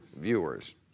viewers